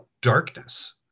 darkness